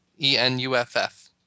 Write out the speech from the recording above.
E-N-U-F-F